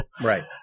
Right